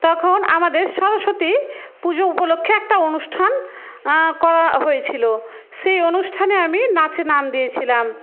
তখন আমাদের সরস্বতী পুজো উপলক্ষে একটা অনুষ্ঠান করা হয়েছিলো সেই অনুষ্ঠানে আমি নাচে নাম দিয়েছিলাম